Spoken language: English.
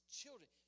children